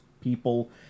people